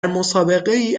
مسابقهای